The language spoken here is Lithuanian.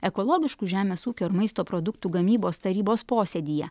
ekologiškų žemės ūkio ir maisto produktų gamybos tarybos posėdyje